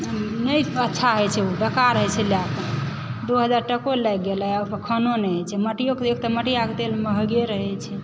नहि अच्छा होइ छै ओ बेकार होइ छै लए कऽ दू हजार टको लागि गेलै ओहि पर खानो नहि होइ छै मटिआके तेल एक तऽ मटिआके तेल महगे रहै छै